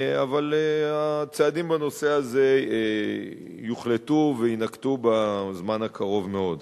אבל הצעדים בנושא הזה יוחלטו ויינקטו בזמן הקרוב מאוד.